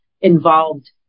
involved